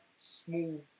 small